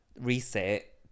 reset